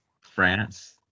France